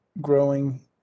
growing